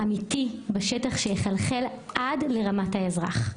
אמיתי, בשטח, שיחלחל עד לרמת האזרח.